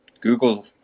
Google